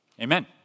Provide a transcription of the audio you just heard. Amen